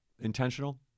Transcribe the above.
intentional